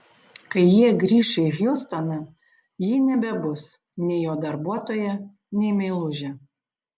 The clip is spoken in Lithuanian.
kai jie grįš į hjustoną ji nebebus nei jo darbuotoja nei meilužė